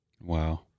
Wow